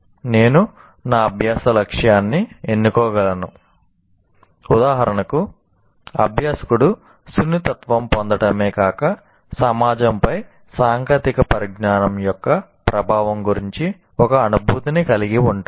నేను నా అభ్యాస లక్ష్యాన్ని ఎన్నుకోగలను ఉదాహరణకు అభ్యాసకుడు సున్నితత్వం పొందడమే కాక సమాజంపై సాంకేతిక పరిజ్ఞానం యొక్క ప్రభావం గురించి ఒక అనుభూతిని కలిగి ఉంటాడు